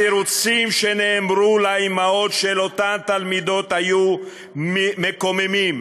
התירוצים שנאמרו לאימהות של אותן תלמידות היו מקוממים,